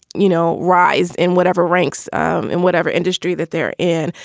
you know, rise in whatever ranks um in whatever industry that they're in.